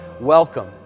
welcome